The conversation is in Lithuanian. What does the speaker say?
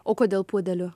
o kodėl puodeliu